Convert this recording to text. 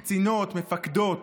קצינות, מפקדות,